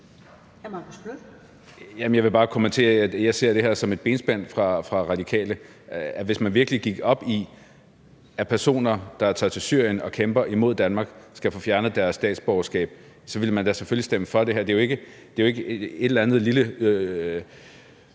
jeg vil bare kommentere, at jeg ser det her som et benspænd fra Radikales side, for hvis man virkelig gik op i, at personer, der tager til Syrien og kæmper imod Danmark, skal have fjernet deres statsborgerskab, så ville man da selvfølgelig stemme for det her. Det er jo ikke en eller anden lille